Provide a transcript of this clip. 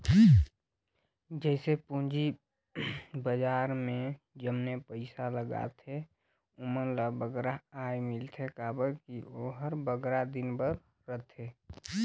जइसे पूंजी बजार में जमने पइसा लगाथें ओमन ल बगरा आय मिलथे काबर कि ओहर बगरा दिन बर रहथे